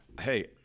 Hey